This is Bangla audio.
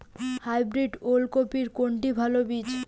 হাইব্রিড ওল কপির কোনটি ভালো বীজ?